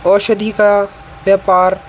औषधि का व्यापार